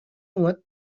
اومد